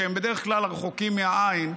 שהם בדרך כלל רחוקים מהעין,